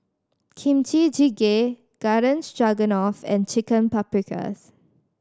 Kimchi Jjigae Garden Stroganoff and Chicken Paprikas